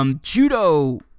judo